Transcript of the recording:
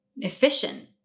efficient